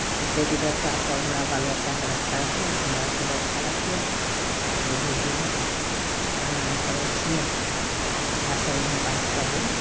हे देवी देवतासभ हमरा बाल बच्चाके रक्षा रखिअह हमरा भी रक्षा रखिअह अकिल बुद्धि दिहऽ प्रणाम करै छियह इएहसभ हुनकासँ सभदिन